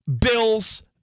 Bills